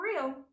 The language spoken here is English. real